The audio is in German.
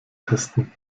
testen